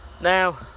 Now